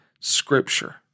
scripture